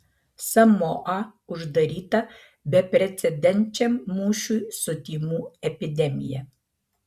samoa uždaryta beprecedenčiam mūšiui su tymų epidemija